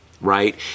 right